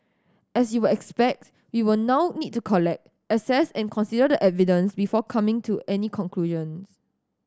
as you will expect we will now need to collect assess and consider the evidence before coming to any conclusions